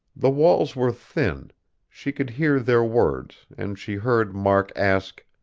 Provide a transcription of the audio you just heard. the walls were thin she could hear their words, and she heard mark ask